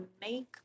make